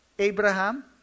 Abraham